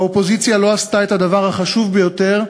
האופוזיציה לא עשתה את הדבר החשוב ביותר,